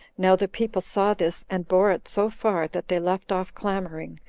now the people saw this, and bore it so far, that they left off clamoring,